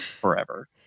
forever